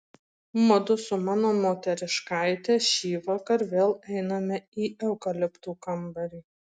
mudu su mano moteriškaite šįvakar vėl einame į eukaliptų kambarį